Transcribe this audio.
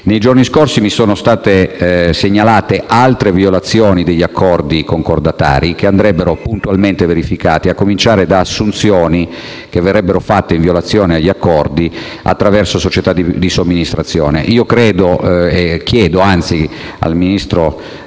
Nei giorni scorsi mi sono state segnalate altre violazioni degli accordi concordatari, che avrebbero puntualmente verificate, a cominciare dalle assunzioni che verrebbero fatte in violazione agli accordi attraverso società di somministrazione. Chiedo al ministro